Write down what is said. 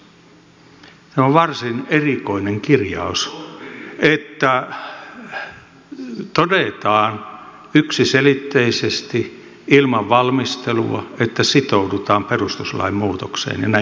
tämä on varsin erikoinen kirjaus että todetaan yksiselitteisesti ilman valmistelua että sitoudutaan perustuslain muutokseen näin merkittävään muutokseen